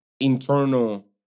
internal